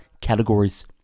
categories